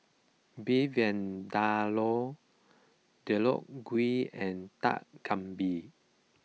Beef Vindaloo Deodeok Gui and Dak Galbi